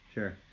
Sure